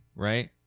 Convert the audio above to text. Right